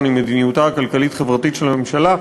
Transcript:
עם מדיניותה הכלכלית-חברתית של הממשלה,